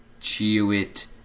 Chewit